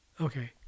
Okay